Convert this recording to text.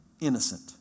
innocent